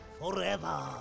forever